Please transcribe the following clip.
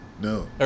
No